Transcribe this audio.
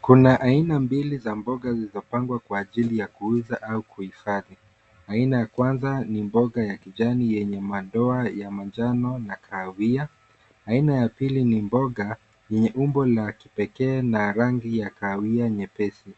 Kuna aina mbili za mboga zilizopangwa kwa ajili ya kuuza au kuhifadhi. Aina ya kwanza ni mboga ya kijani yenye madoa ya manjano na kahawia. Aina ya pili ni mboga lenye umbo la kipekee na rangi ya kahawia nyepesi.